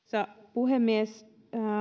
puhemies